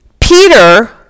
Peter